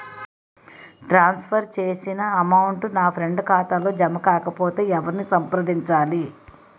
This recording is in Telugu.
ట్రాన్స్ ఫర్ చేసిన అమౌంట్ నా ఫ్రెండ్ ఖాతాలో జమ కాకపొతే ఎవరిని సంప్రదించాలి?